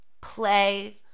play